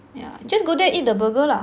yeah just go there eat the burger lah